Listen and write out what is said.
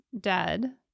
dead